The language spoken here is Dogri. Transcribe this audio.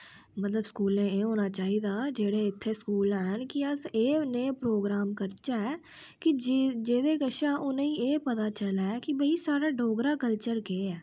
मतलव स्कूलें एह् होना चाहिदा जेह्ड़े इत्थै स्लकू हैन कि अस एह् नेह् प्रोगराम करचै कि जेह्दे कशा उनें एह् पता चलै कि भाई साढ़ा डोगरा कल्चर केह् ऐ